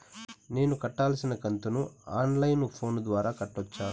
నేను కట్టాల్సిన కంతును ఆన్ లైను ఫోను ద్వారా కట్టొచ్చా?